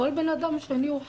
כל אדם שני הוא חשוד.